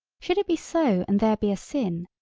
should it be so and there be a sin,